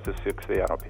susirgs vėjaraupiais